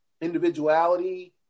individuality